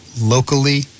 locally